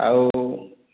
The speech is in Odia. ଆଉ